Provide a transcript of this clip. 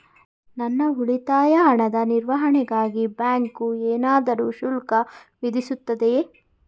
ನನ್ನ ಉಳಿತಾಯ ಹಣದ ನಿರ್ವಹಣೆಗಾಗಿ ಬ್ಯಾಂಕು ಏನಾದರೂ ಶುಲ್ಕ ವಿಧಿಸುತ್ತದೆಯೇ?